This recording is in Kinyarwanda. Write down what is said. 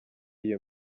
iyo